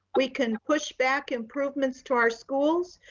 we can push back improvements to our schools.